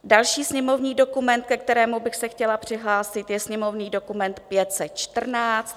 Další sněmovní dokument, ke kterému bych se chtěla přihlásit, je sněmovní dokument 514.